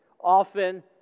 often